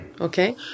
okay